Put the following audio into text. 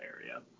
area